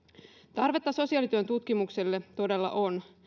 tarvetta sosiaalityön tutkimukselle todella on